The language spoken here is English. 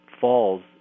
falls